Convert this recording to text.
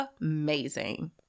Amazing